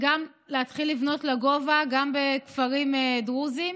להתחיל לבנות לגובה גם בכפרים דרוזיים,